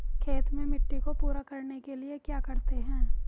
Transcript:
खेत में मिट्टी को पूरा करने के लिए क्या करते हैं?